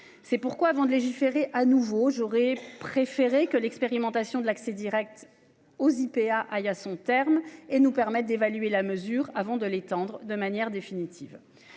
C'est pourquoi, avant de légiférer à nouveau. J'aurais préféré que l'expérimentation de l'accès Direct aux IPA aille à son terme et nous permettent d'évaluer la mesure avant de l'étendre de manière définitive.